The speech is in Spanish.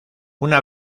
una